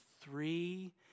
three